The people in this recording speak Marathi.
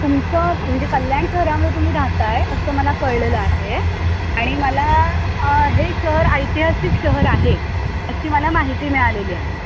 तुमचं म्हणजे कल्याण शहरामध्ये तुम्ही राहत आहे असं मला कळलेलं आहे आणि मला हे शहर ऐतिहासिक शहर आहे अशी मला माहिती मिळालेली आहे